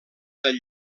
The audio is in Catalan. del